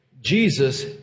Jesus